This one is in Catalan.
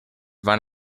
van